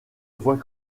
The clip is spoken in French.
voit